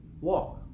walk